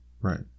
right